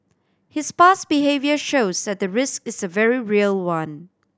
his past behaviour shows that the risk is a very real one